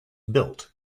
built